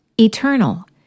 Eternal